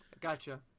Gotcha